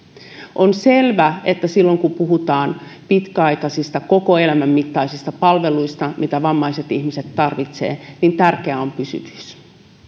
on selvä että silloin kun puhutaan pitkäaikaisista koko elämän mittaisista palveluista mitä vammaiset ihmiset tarvitsevat tärkeää on pysyvyys